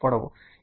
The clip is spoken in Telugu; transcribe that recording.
ఇది సంఖ్య 0